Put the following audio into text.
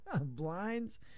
blinds